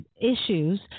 issues